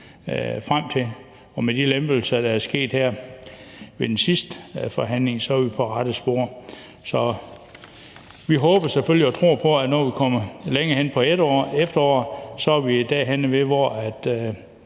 frem til. Med de lempelser, der er sket her ved den sidste forhandling, er vi på rette spor. Så vi håber selvfølgelig og tror på, at når vi kommer længere hen på efteråret, er vi derhenne, hvor